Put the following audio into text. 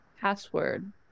password